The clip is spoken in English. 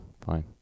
fine